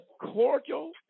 cordial